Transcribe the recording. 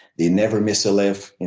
they never miss a lift,